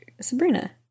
Sabrina